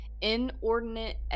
inordinate